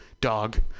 dog